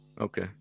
Okay